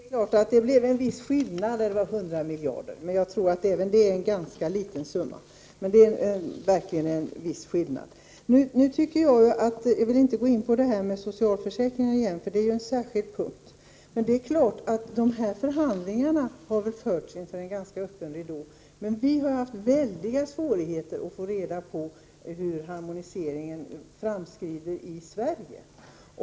Herr talman! Det är klart att det är en viss skillnad mellan 100 miljoner och 100 miljarder. Men även 100 miljarder tycker jag är en ganska liten summa i detta sammanhang. Jag skall inte gå in på frågan om socialförsäkringen igen, eftersom den frågan tagits upp för sig. Ja, förhandlingarna har förts inför ganska öppen ridå. Vi har emellertid upplevt stora svårigheter när vi har försökt ta reda på hur harmoniseringsarbetet fortskrider i Sverige.